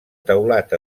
teulat